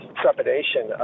trepidation